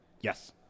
Yes